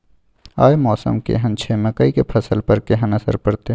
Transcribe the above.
आय मौसम केहन छै मकई के फसल पर केहन असर परतै?